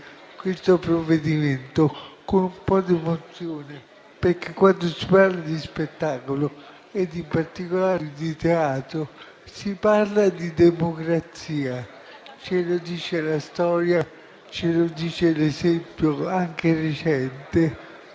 questo provvedimento con un po' di emozione. Quando si parla di spettacolo e in particolare di teatro, si parla di democrazia. Ce lo dice la storia, ce lo dice l'esempio, anche recente.